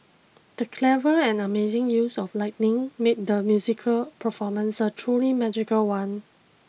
the clever and amazing use of lightning made the musical performance a truly magical one